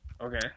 Okay